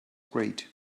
great